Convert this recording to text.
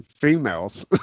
females